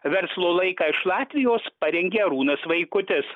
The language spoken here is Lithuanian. verslo laiką iš latvijos parengė arūnas vaikutis